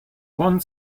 one